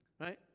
Right